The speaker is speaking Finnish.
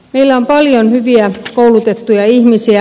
meillä on paljon hyviä koulutettuja ihmisiä